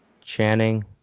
Channing